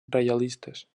reialistes